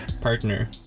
partner